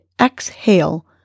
exhale